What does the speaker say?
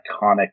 iconic